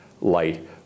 light